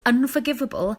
unforgivable